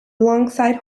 alongside